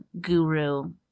guru